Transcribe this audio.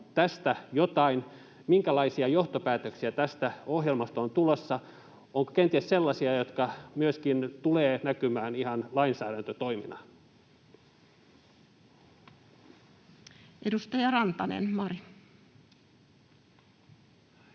Minkälaisia johtopäätöksiä tästä ohjelmasta on tulossa? Ovatko ne kenties sellaisia, jotka tulevat näkymään myöskin ihan lainsäädäntötoimina? Edustaja Rantanen, Mari.